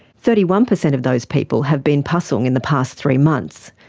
thirty one percent of those people have been pasung in the past three months,